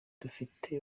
dufite